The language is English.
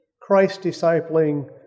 Christ-discipling